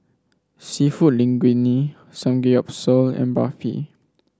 seafood Linguine Samgeyopsal and Barfi